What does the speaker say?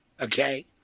Okay